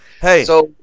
Hey